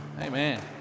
Amen